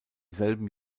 selben